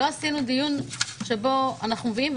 לא עשינו דיון שבו אנחנו מביאים,